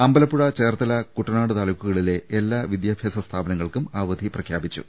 അമ്പലപ്പുഴചേർത്തല കുട്ടനാട് താലൂ ക്കുകളിലെ എല്ലാവിദ്യാഭ്യാസ സ്ഥാപനങ്ങൾക്കും അവദി പ്രഖ്യാപിച്ചു